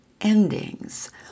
endings